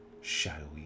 Shadowy